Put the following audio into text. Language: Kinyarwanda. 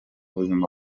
buzima